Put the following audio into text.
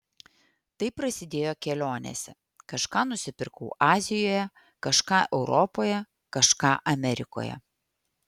tai prasidėjo kelionėse kažką nusipirkau azijoje kažką europoje kažką amerikoje